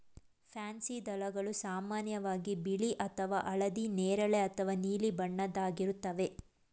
pansy ದಳಗಳು ಸಾಮಾನ್ಯವಾಗಿ ಬಿಳಿ ಅಥವಾ ಹಳದಿ ನೇರಳೆ ಅಥವಾ ನೀಲಿ ಬಣ್ಣದ್ದಾಗಿರುತ್ವೆ